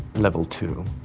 level two.